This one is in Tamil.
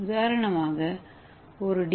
உதாரணமாக ஒரு டி